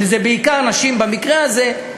שזה בעיקר נשים במקרה הזה,